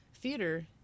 theater